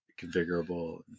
configurable